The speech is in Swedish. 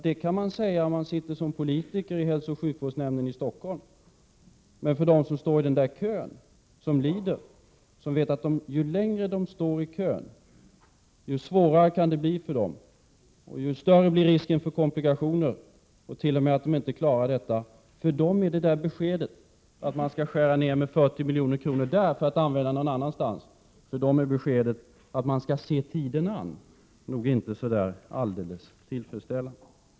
Det kan man säga, om man sitter som politiker i hälsooch sjukvårdsnämnden i Stockholm, men för dem som står i kön, som lider, som vet att ju längre de står i kön, desto svårare kan det bli för dem och desto större blir risken för komplikationer, är beskedet att man skall skära ner med 40 miljoner för att använda pengarna någon annanstans och att man skall se tiden an nog inte så där alldeles tillfredsställande.